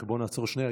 רק בוא נעצור שנייה.